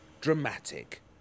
dramatic